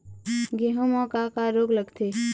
गेहूं म का का रोग लगथे?